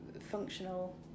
functional